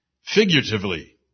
figuratively